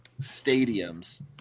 stadiums